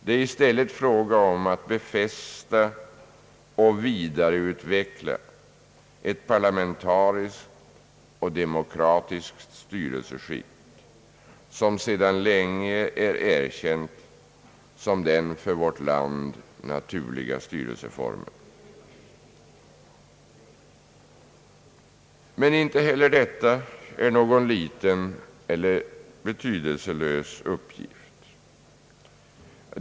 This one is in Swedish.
Det är i stället fråga om att befästa och vidareutveckla ett parlamentariskt och demokratiskt styrelseskick som sedan länge är erkänt som den för vårt land naturliga styrelseformen. Men inte heller detta är någon liten eller betydelselös uppgift.